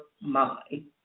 mind